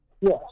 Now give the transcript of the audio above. Yes